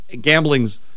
gambling's